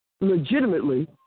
Legitimately